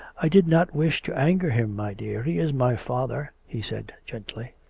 i did not wish to anger him, my dear he is my father, he said gently.